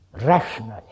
rationally